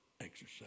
exercise